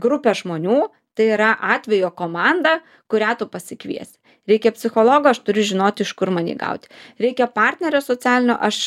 grupę žmonių tai yra atvejo komanda kurią tu pasikviesi reikia psichologo aš turiu žinoti iš kur man jį gauti reikia partnerio socialinio aš